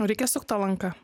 o reikia sukt tą lanką